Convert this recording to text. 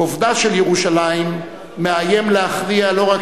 כובדה של ירושלים מאיים להכריע לא רק